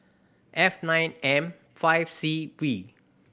F nine M five C V